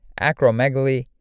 acromegaly